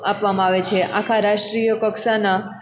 આપવામાં આવે છે આખા રાષ્ટ્રિય કક્ષાના